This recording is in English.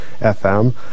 FM